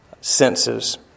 senses